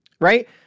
Right